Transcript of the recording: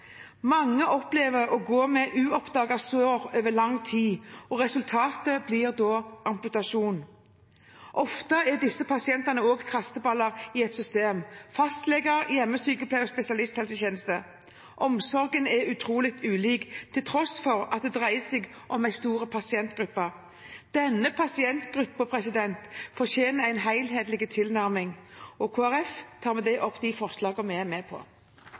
Mange opplever å gå med uoppdagede sår over lang tid, og resultatet blir da amputasjon. Ofte er disse pasientene også kasteballer i et system: Fastleger, hjemmesykepleie og spesialisthelsetjeneste – omsorgen er utrolig ulik, til tross for at det dreier seg om en stor pasientgruppe. Denne pasientgruppen fortjener en helhetlig tilnærming. Det slår meg at med alle dei representantforslaga vi har i dag om dei forskjellige sjukdomane, er